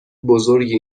بزرگی